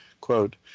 Quote